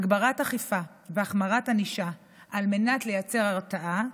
הגברת אכיפה והחמרת ענישה על מנת לייצר הרתעה,